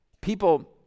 People